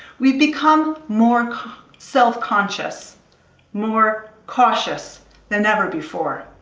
we've become more self-conscious more cautious than ever before.